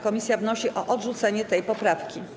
Komisja wnosi o odrzucenie tej poprawki.